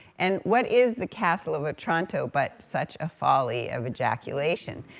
and what is the castle of otranto but such a folly of ejaculation?